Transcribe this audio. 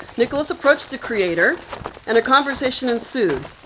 nicholas approached the creator and a conversation ensued.